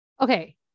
Okay